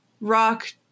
rock